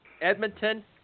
Edmonton